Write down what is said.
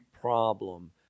problem